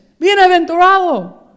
bienaventurado